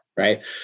right